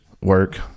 work